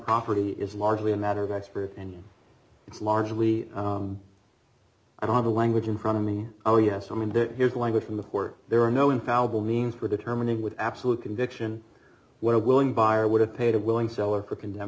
property is largely a matter of expert and it's largely i don't know the language in front of me oh yes i mean there is language from the court there are no infallible means for determining with absolute conviction what a willing buyer would have paid a willing seller for condemned